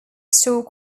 store